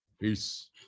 Peace